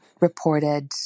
reported